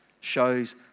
shows